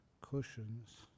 cushions